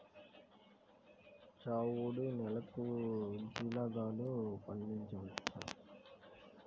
చవుడు నేలలో జీలగలు పండించవచ్చా?